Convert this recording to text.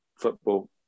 football